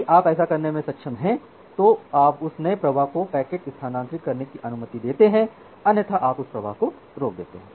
यदि आप ऐसा करने में सक्षम हैं तो आप उस नए प्रवाह को पैकेट स्थानांतरित करने की अनुमति देते हैं अन्यथा आप उस प्रवाह को रोक देते हैं